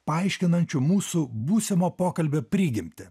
paaiškinančių mūsų būsimo pokalbio prigimtį